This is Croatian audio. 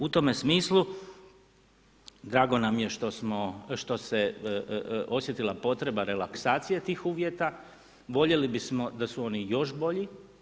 U tome smislu drago nam je što se osjetila potreba relaksacije tih uvjeta, voljeli bismo da su oni još bolji.